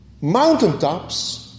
Mountaintops